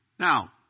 Now